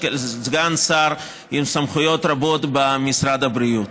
סגן שר עם סמכויות רבות במשרד הבריאות.